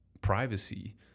privacy